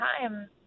time